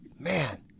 Man